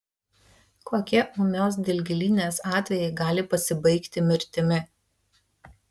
kokie ūmios dilgėlinės atvejai gali pasibaigti mirtimi